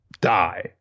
die